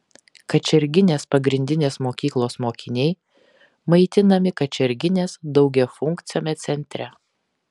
kačerginės pagrindinės mokyklos mokiniai maitinami kačerginės daugiafunkciame centre